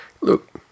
look